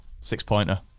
six-pointer